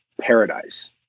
paradise